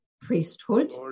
priesthood